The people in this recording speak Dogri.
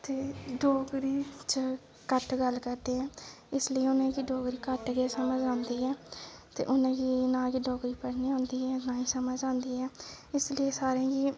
ते डोगरी च घट्ट गल्ल करदे न इस लेई उनेंगी घट्ट गै समझ आंदी ऐ ते इउनेंगी नां गै डोगरी पढ़ने गी आंदी ऐ ते ना गै समझ आंदी ऐ इसलेई सारें गी